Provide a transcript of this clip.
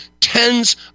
tens